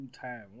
time